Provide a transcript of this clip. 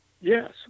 Yes